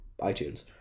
iTunes